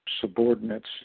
subordinates